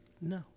No